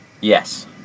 Yes